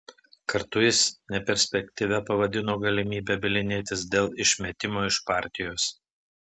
kartu jis neperspektyvia pavadino galimybę bylinėtis dėl išmetimo iš partijos